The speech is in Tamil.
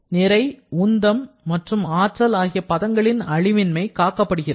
நிறை உந்தம் மற்றும் ஆற்றல் ஆகிய பதங்களின் அழிவின்மை காக்கப்படுகிறது